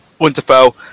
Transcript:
Winterfell